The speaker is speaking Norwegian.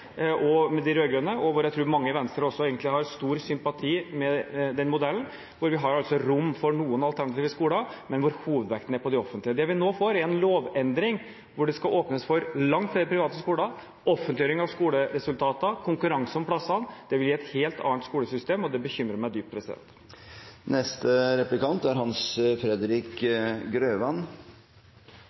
de rød-grønne. Jeg tror mange også i Venstre egentlig har stor sympati for denne modellen, hvor det er rom for noen alternative skoler, men hvor hovedvekten er på de offentlige. Det vi får nå, er en lovendring hvor det skal åpnes for langt flere private skoler, offentliggjøring av skoleresultater og konkurranse om plassene. Det vil gi et helt annet skolesystem, og det bekymrer meg dypt.